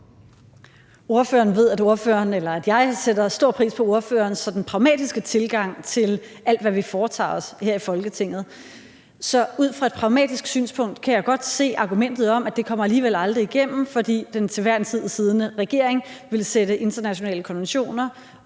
Ordføreren ved, at jeg sætter stor pris på ordførerens sådan pragmatiske tilgang til alt, hvad vi foretager os her i Folketinget. Så ud fra et pragmatisk synspunkt kan jeg godt se argumentet om, at det alligevel aldrig kommer igennem, fordi den til enhver tid siddende regering vil sætte internationale konventioner